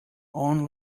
own